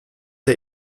der